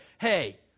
hey